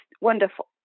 wonderful